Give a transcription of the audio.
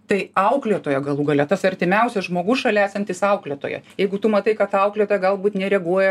tai auklėtojo galų gale tas artimiausias žmogus šalia esantis auklėtoja jeigu tu matai kad auklėtoja galbūt nereaguoja